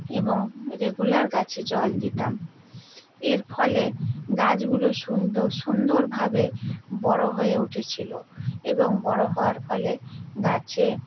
এবং রেগুলার গাছে জল দিতাম এর ফলে গাছগুলো সুন্দরভাবে বড়ো হয়ে উঠেছিলো এবং বড়ো হওয়ার ফলে গাছে